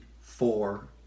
four